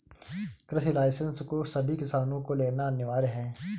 कृषि लाइसेंस को सभी किसान को लेना अनिवार्य है